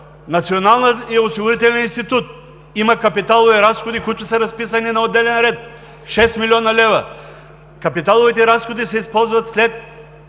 Национално осигурителният институт има капиталови разходи, които са разписани на отделен ред – 6 млн. лв. Капиталовите разходи се използват, след